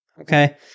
Okay